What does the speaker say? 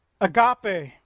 Agape